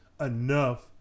enough